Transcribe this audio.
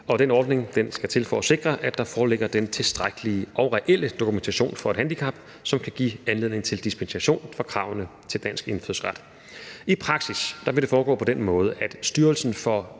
Den ordning skal til for at sikre, at der foreligger den tilstrækkelige og reelle dokumentation for et handicap, som kan give anledning til dispensation fra kravene til dansk indfødsret. I praksis vil det foregå på den måde, at Styrelsen for